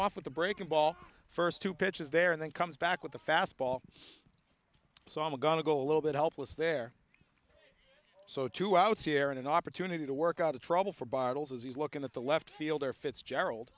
off with the breaking ball first two pitches there and then comes back with the fastball so i'm going to go a little bit helpless there so to out sierra an opportunity to work out a trouble for bottles as he's looking at the left fielder fitzgerald